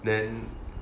then